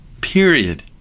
period